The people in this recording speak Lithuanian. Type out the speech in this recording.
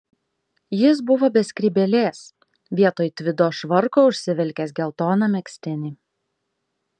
jis buvo be skrybėlės vietoj tvido švarko užsivilkęs geltoną megztinį